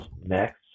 next